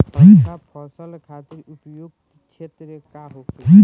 अच्छा फसल खातिर उपयुक्त क्षेत्र का होखे?